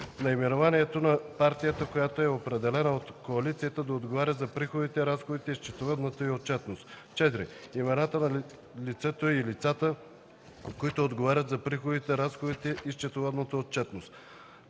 наименованието на партията, която е определена от коалицията да отговаря за приходите, разходите и счетоводната й отчетност; 4. имената на лицето или лицата, които отговарят за приходите, разходите и счетоводната отчетност;